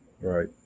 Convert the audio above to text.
Right